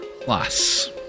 plus